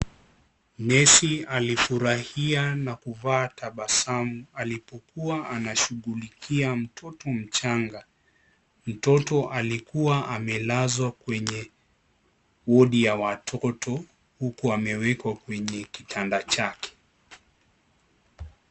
Nesi alifurahia na kuvaa tabasamu alipokuwa anashughulikia mtoto mchanga, mtoto alikuwa amelazwa kwenye wodi ya watoto huku amewekwa kwenye kitanda chake.